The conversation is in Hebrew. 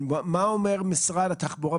מה אומר משרד התחבורה?